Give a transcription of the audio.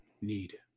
need